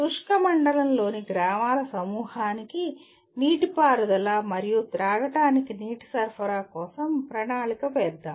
శుష్క మండలంలోని గ్రామాల సమూహానికి నీటిపారుదల మరియు త్రాగడానికి నీటి సరఫరా కోసం ప్రణాళిక వేద్దాం